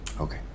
Okay